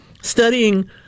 studying